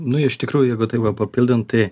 nu iš tikrųjų taip va papildant tai